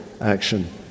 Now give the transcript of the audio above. Action